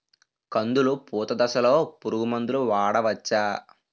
కందులు పూత దశలో పురుగు మందులు వాడవచ్చా?